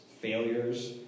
failures